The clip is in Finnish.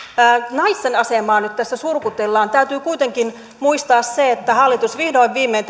naisten asemaa nyt tässä surkutellaan täytyy kuitenkin muistaa se että hallitus vihdoin ja viimein